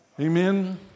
Amen